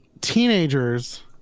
Teenagers